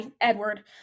Edward